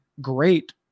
great